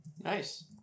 Nice